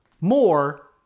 more